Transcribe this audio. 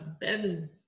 Ben